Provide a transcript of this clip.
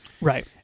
Right